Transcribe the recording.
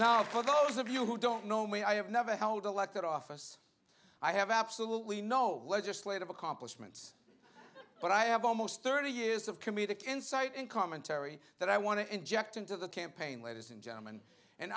those of you who don't know me i have never held elected office i have absolutely no legislative accomplishments but i have almost thirty years of comedic insight and commentary that i want to inject into the campaign ladies and gentlemen and